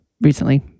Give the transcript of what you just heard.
recently